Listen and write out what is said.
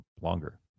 longer